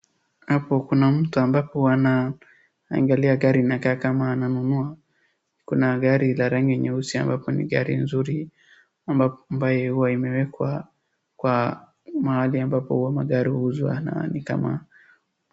Hapo kuna mtu ambapo wanaangalia gari, inakaa kama ananunua, kuna gari la rangi nyeusi ambapo ni gari nzuri ambapo ambaye huwa imewekwa kwa mahali ambapo magari huuzwa na ni kama...